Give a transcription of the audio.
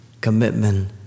commitment